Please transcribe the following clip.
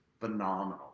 phenomenal